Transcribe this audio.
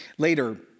Later